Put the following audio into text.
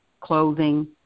clothing